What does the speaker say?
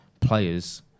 players